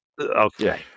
Okay